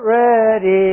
ready